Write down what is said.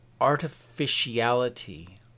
artificiality